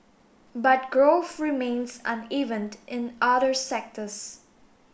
but growth remains uneven in other sectors